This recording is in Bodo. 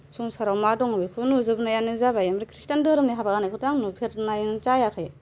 संसाराव मा दङ बेखौ नुजोबनायानो जाबाय ओमफ्राय खृष्टान धोरोमनि हाबा जानायखौथ' आं नुफेरनायनो जायाखै